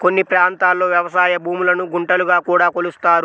కొన్ని ప్రాంతాల్లో వ్యవసాయ భూములను గుంటలుగా కూడా కొలుస్తారు